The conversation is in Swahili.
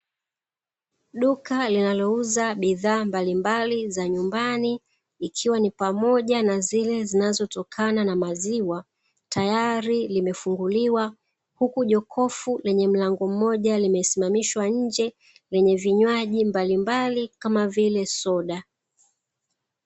Duka linalouza bidhaa mbalimbali za nyumbani, ikiwa ni pamoja na zile zinazotokana na maziwa, tayari limefunguliwa huku jokofu lenye mlango mmoja limesimamishwa nje, lenye vinywaji mbalimbali kama vile soda.